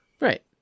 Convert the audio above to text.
Right